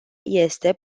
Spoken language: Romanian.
este